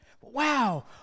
Wow